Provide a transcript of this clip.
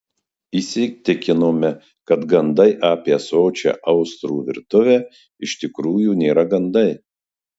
įsitikinome kad gandai apie sočią austrų virtuvę iš tikrųjų nėra gandai